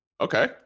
Okay